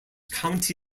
county